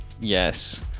Yes